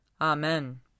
Amen